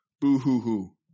Boo-hoo-hoo